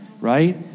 right